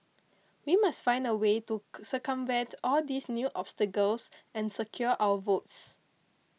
we must find a way to circumvent all these new obstacles and secure our votes